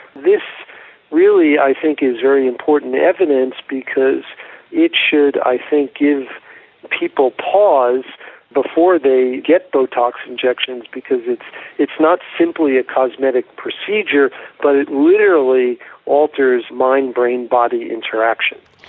this really i think is very important evidence because it should i think give people pause before they get botox injections, because it's it's not simply a cosmetic procedure but it literally alters mind brain body interaction.